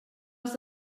els